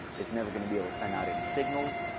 it's never going to be able to send out any signals.